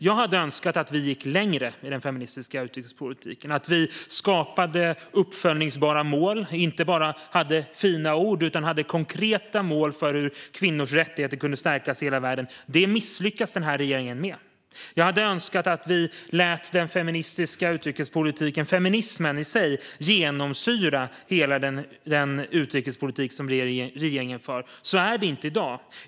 Jag skulle önska att vi gick längre i den feministiska utrikespolitiken och skapade uppföljningsbara mål och att vi inte bara hade fina ord utan konkreta mål för hur kvinnors rättigheter kan stärkas i hela världen. Det misslyckas den här regeringen med. Jag skulle önska att den feministiska utrikespolitiken, feminismen i sig, tilläts genomsyra hela den utrikespolitik som regeringen för. Så är det inte i dag.